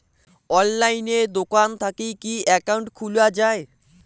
অনলাইনে দোকান থাকি কি একাউন্ট খুলা যায়?